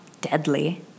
deadly